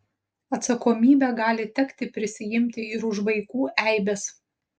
atsakomybę gali tekti prisiimti ir už vaikų eibes